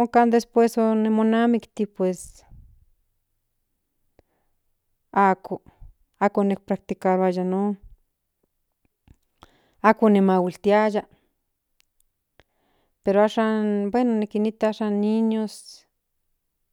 onka después omonamikti ako ako nik praktikaruaya non ako mahuiltiaya pero ashan nikinikta